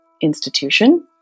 institution